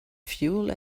fuel